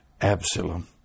Absalom